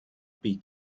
bee